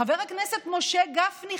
חבר הכנסת משה גפני,